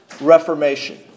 Reformation